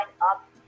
up